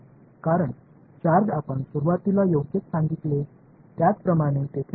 कारण चार्ज आपण सुरुवातीला योग्यच सांगितले त्याप्रमाणे तेथेच असेल